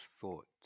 thought